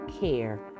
care